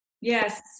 Yes